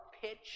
pitch